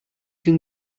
can